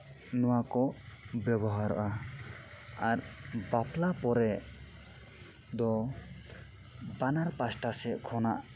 ᱱᱚᱣᱟ ᱠᱚ ᱵᱮᱵᱚᱦᱟᱨᱚᱜᱼᱟ ᱟᱨ ᱵᱟᱯᱞᱟ ᱯᱚᱨᱮ ᱫᱚ ᱵᱟᱱᱟᱨ ᱯᱟᱦᱟᱴᱟ ᱥᱮᱫ ᱠᱷᱚᱱᱟᱜ